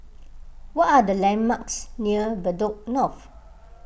what are the landmarks near Bedok North